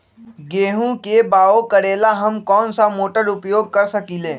गेंहू के बाओ करेला हम कौन सा मोटर उपयोग कर सकींले?